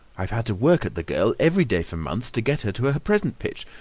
i've had to work at the girl every day for months to get her to her present pitch.